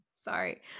Sorry